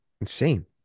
Insane